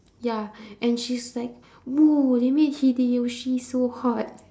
ya and she's like !whoa! they made hideyoshi so hot